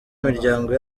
miryango